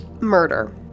murder